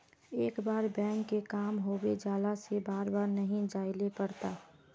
एक बार बैंक के काम होबे जाला से बार बार नहीं जाइले पड़ता?